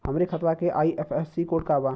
हमरे खतवा के आई.एफ.एस.सी कोड का बा?